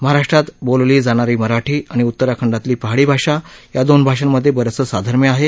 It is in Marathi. महाराष्ट्रात बोलली जाणारी मराठी आणि उत्तराखंडातली पहाडी भाषा या दोन भाषांमध्ये बरंचसं साधर्म्य आहे